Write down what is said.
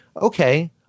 Okay